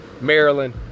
Maryland